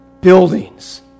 buildings